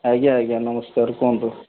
ଆଜ୍ଞା ଆଜ୍ଞା ନମସ୍କାର କୁହନ୍ତୁ